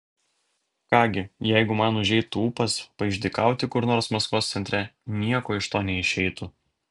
ką gi jeigu man užeitų ūpas paišdykauti kur nors maskvos centre nieko iš to neišeitų